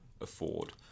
afford